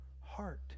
heart